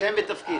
שם ותפקיד.